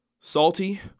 salty